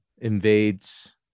invades